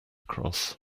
across